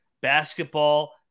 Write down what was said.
basketball